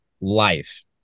life